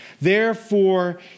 Therefore